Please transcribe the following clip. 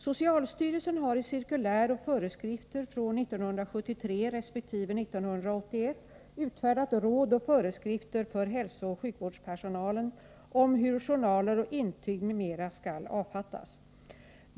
Socialstyrelsen har i cirkulär och föreskrifter från 1973 resp. 1981 utfärdat råd och föreskrifter för hälsooch sjukvårdspersonalen om hur journaler och intyg m.m. skall avfattas.